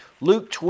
Luke